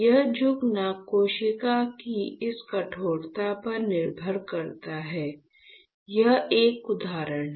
यह झुकना कोशिका की इस कठोरता पर निर्भर करता है यह एक उदाहरण है